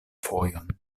fojon